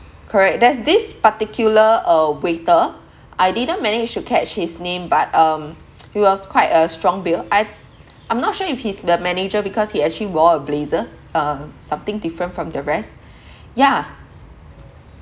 correct there's this particular uh waiter I didn't manage to catch his name but um he was quite a strong build I I'm not sure if he's the manager because he actually wore a blazer uh something different from the rest yeah